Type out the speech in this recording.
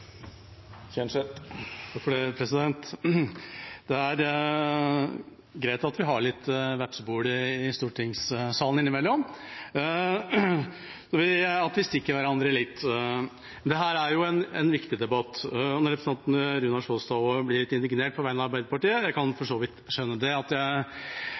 Det er greit at vi har litt vepsebol i stortingssalen innimellom, at vi stikker hverandre litt. Dette er en viktig debatt. Når representanten Runar Sjåstad blir litt indignert på vegne av Arbeiderpartiet, kan jeg for så vidt skjønne det, siden jeg